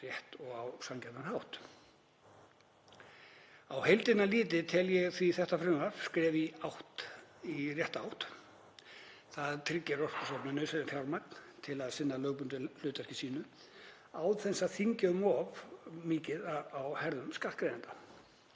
mál rétt og á sanngjarnan hátt. Á heildina litið tel ég því þetta frumvarp skref í rétta átt. Það tryggir Orkustofnun nauðsynlegt fjármagn til að sinna lögbundnu hlutverki sínu án þess að þyngja um of byrðar á herðum skattgreiðenda,